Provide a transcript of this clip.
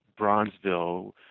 Bronzeville